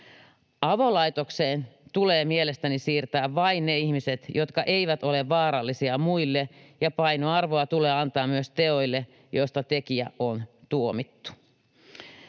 Avolaitokseen tulee mielestäni siirtää vain ne ihmiset, jotka eivät ole vaarallisia muille, ja painoarvoa tulee antaa myös teoille, joista tekijä on tuomittu.